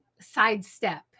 sidestep